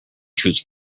choose